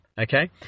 okay